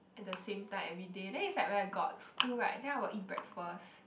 at the same time everyday then it's like when I got school right then I will eat breakfast